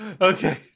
Okay